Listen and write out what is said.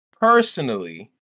Personally